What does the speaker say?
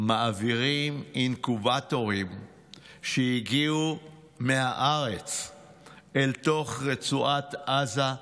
מעבירים אינקובטורים שהגיעו מהארץ אל תוך רצועת עזה.